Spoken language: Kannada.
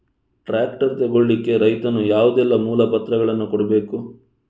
ಟ್ರ್ಯಾಕ್ಟರ್ ತೆಗೊಳ್ಳಿಕೆ ರೈತನು ಯಾವುದೆಲ್ಲ ಮೂಲಪತ್ರಗಳನ್ನು ಕೊಡ್ಬೇಕು?